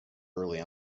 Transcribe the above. early